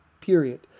period